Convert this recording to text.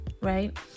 right